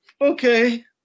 okay